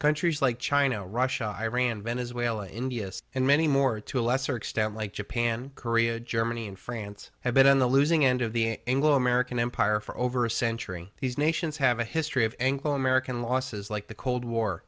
countries like china russia iran venezuela india and many more to a lesser extent like japan korea germany and france have been on the losing end of the anglo american empire for over a century these nations have a history of anglo american losses like the cold war